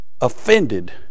offended